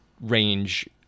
range